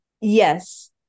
yes